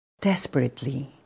desperately